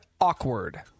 awkward